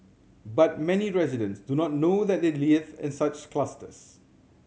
but many residents do not know that they live in such clusters